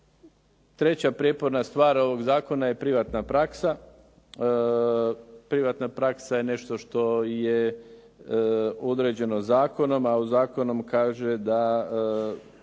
Treća prijeporna stvar ovog zakona je privatna praksa. Privatna praksa je nešto što je određeno zakonom a zakon nam kaže da